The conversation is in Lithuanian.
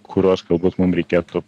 kuriuos galbūt mum reikėtų